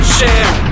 Share